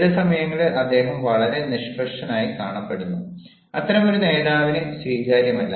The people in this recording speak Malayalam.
ചില സമയങ്ങളിൽ അദ്ദേഹം വളരെ നിഷ്പക്ഷനായി കാണപ്പെടുന്നു അത്തരമൊരു നേതാവിനെ സ്വീകാര്യമല്ല